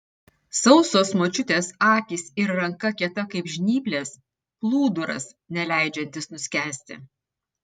sausos močiutės akys ir ranka kieta kaip žnyplės plūduras neleidžiantis nuskęsti